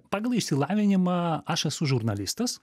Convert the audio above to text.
pagal išsilavinimą aš esu žurnalistas